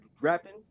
rapping